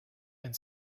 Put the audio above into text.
and